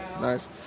Nice